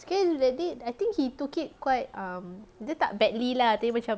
sekali that day I think he took it quite um dia tak badly lah tapi macam